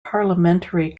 parliamentary